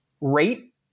rate